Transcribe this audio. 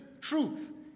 truth